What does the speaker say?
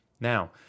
Now